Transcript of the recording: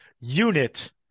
unit